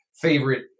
favorite